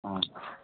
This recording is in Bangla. হ্যাঁ